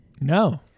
No